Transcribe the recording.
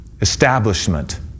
establishment